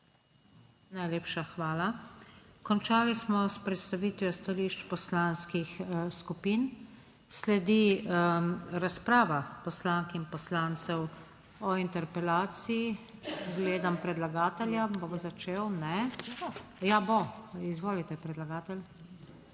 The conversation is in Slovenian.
Najlepša hvala. Končali smo s predstavitvijo stališč poslanskih skupin. Sledi razprava poslank in poslancev o interpelaciji. Gledam predlagatelja, bo začel. Ne, ja, bo. Izvolite predlagatelj.